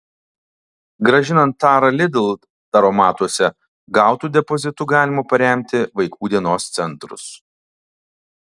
grąžinant tarą lidl taromatuose gautu depozitu galima paremti vaikų dienos centrus